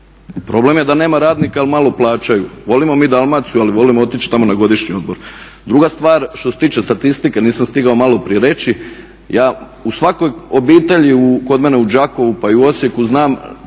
Problem je da nema radnika jer malo plaćaju. Volimo mi Dalmaciju ali volimo otići tamo na godišnji odmor. Druga stvar, što se tiče statistike nisam stigao maloprije reći, ja u svakoj obitelji kod mene u Đakovu pa i u Osijeku znam